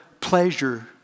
pleasure